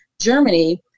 Germany